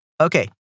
Okay